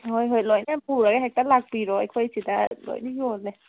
ꯍꯣꯏ ꯍꯣꯏ ꯂꯣꯏꯅ ꯄꯨꯔꯒ ꯍꯦꯛꯇ ꯂꯥꯛꯄꯤꯔꯣ ꯑꯩꯈꯣꯏꯁꯤꯗ ꯂꯣꯏ ꯌꯣꯜꯂꯦ